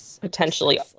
potentially